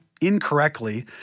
incorrectly